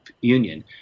Union